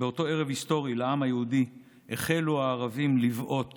היסטורי לעם היהודי החלו הערבים לבעוט